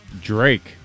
Drake